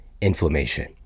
inflammation